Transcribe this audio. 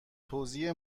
توزیع